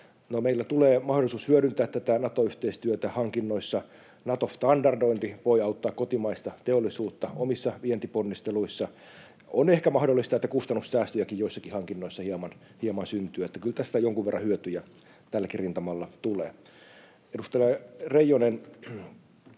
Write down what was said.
meillä tulee mahdollisuus hyödyntää tätä Nato-yhteistyötä hankinnoissa. Nato-standardointi voi auttaa kotimaista teollisuutta omissa vientiponnisteluissa. On ehkä mahdollista, että kustannussäästöjäkin joissakin hankinnoissa hieman syntyy, että kyllä tästä jonkun verran hyötyjä tälläkin rintamalla tulee. Edustaja Reijonen,